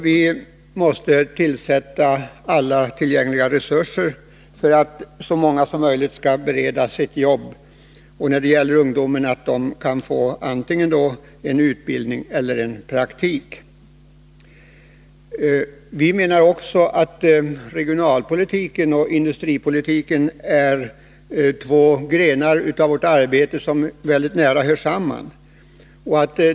Vi måste utnyttja alla tillgängliga resurser för att så många som möjligt skall beredas jobb. Ungdomen måste beredas antingen utbildning eller praktik om den inte får vanligt arbete. Vi menar också att regionalpolitiken och industripolitiken är två grenar av vårt arbete som hör väldigt nära samman.